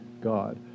God